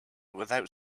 without